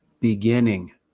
beginning